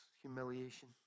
humiliation